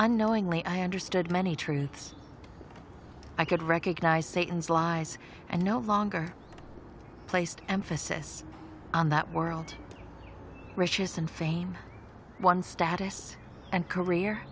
unknowingly i understood many truths i could recognize satan's lies and no longer placed emphasis on that world riches and fame one status and career